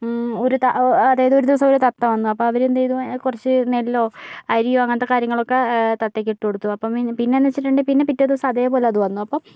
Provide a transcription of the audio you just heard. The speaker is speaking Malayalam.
ഒരു ത അതായത് ഒരു ദിവസം ഒരു തത്ത വന്നു അപ്പോൾ അവരെന്തെയ്തു കുറച്ച് നെല്ലോ അരിയോ അങ്ങനത്തെ കാര്യങ്ങളൊക്കെ തത്തക്കിട്ട് കൊടുത്തു അപ്പോൾ പിന്നെ പിന്നെന്നെച്ച്ട്ടുണ്ടെങ്കിൽ പിറ്റേ ദിവസം അതേപോലെ അത് വന്നു അപ്പം